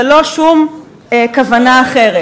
ולא משום כוונה אחרת.